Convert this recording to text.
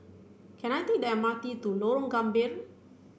can I take the M R T to Lorong Gambir